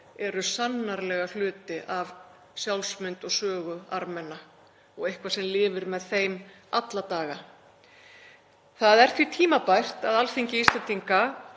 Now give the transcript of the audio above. eru sannarlega hluti af sjálfsmynd og sögu Armena og eitthvað sem lifir með þeim alla daga. Það er því tímabært að Alþingi Íslendinga